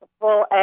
full